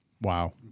Wow